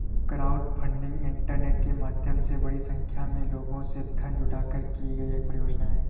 crowdfunding internet के माध्यम से बड़ी संख्या में लोगों से धन जुटाकर की गई एक परियोजना है